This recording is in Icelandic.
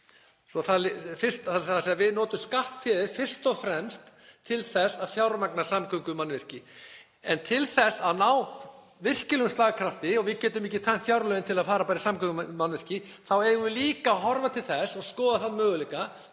tíma, þ.e. við notum skattféð fyrst og fremst til þess að fjármagna samgöngumannvirki. En til þess að ná virkilegum slagkrafti, því að við getum ekki tæmt fjárlögin til að fara í samgöngumannvirki, þá eigum við líka að horfa til þess og skoða þann möguleika,